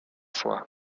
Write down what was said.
fois